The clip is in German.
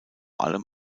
allem